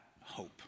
hope